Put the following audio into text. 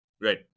Right